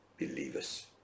believers